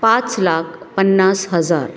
पाच लाख पन्नास हजार